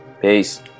Peace